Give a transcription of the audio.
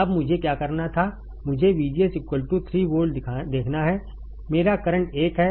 अब मुझे क्या करना था मुझे VGS 3 वोल्ट देखना है मेरा करंट एक है